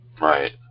Right